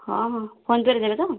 ହଁ ହଁ ଫୋନ୍ ପେ'ରେ ଦେବେ ତ